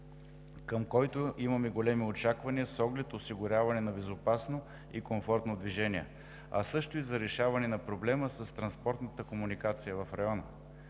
към който имаме големи очаквания с оглед осигуряването на безопасно и комфортно движение, а също и за решаване на проблема с транспортната комуникация в района.